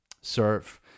serve